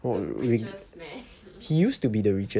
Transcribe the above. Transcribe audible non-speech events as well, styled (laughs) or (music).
big businessman (laughs)